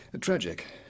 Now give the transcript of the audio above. Tragic